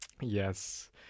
Yes